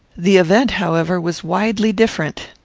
the event, however, was widely different.